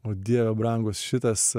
o dieve brangus šitas